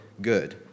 good